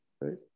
right